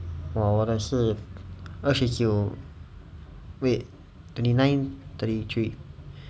哇我的是二十九 wait twenty nine thirty three